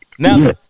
Now